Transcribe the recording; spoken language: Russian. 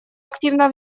активно